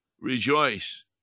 Rejoice